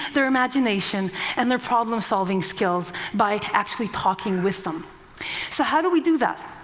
their imagination and their problem-solving skills by actually talking with them. so how do we do that?